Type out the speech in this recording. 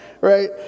right